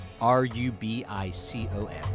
R-U-B-I-C-O-N